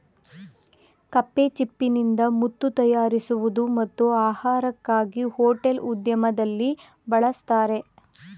ಕಪ್ಪೆಚಿಪ್ಪಿನಿಂದ ಮುತ್ತು ತಯಾರಿಸುವುದು ಮತ್ತು ಆಹಾರಕ್ಕಾಗಿ ಹೋಟೆಲ್ ಉದ್ಯಮದಲ್ಲಿ ಬಳಸ್ತರೆ